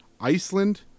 Iceland